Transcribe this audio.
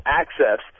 access